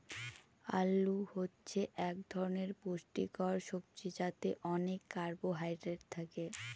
আলু হচ্ছে এক ধরনের পুষ্টিকর সবজি যাতে অনেক কার্বহাইড্রেট থাকে